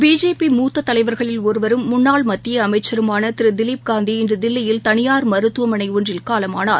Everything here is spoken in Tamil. பிஜேபி மூத்ததலைவர்களில் ஒருவரும் முன்னாள் மத்தியஅமைச்சருமானதிருதிலிப் காந்தி இன்றுதில்லியில் தனியார் மருத்துவமனைஒன்றில் காலமானார்